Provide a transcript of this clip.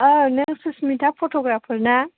ओ नों सुसमिता फट'ग्राफार ना